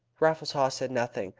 raffles haw said nothing,